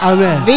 Amen